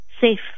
safe